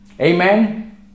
Amen